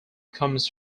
comes